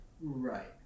Right